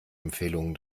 empfehlungen